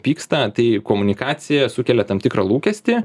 pyksta tai komunikacija sukelia tam tikrą lūkestį